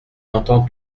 entend